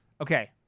Okay